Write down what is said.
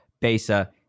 Besa